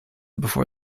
before